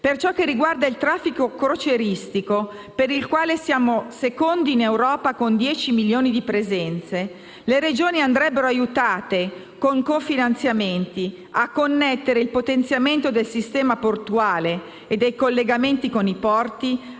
Per ciò che riguarda il traffico crocieristico (per il quale siamo secondi in Europa, con 10 milioni di presenze), le Regioni andrebbero aiutate con cofinanziamenti a connettere il potenziamento del sistema portuale (e dei collegamenti con i porti)